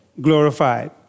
glorified